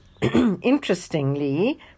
interestingly